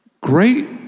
Great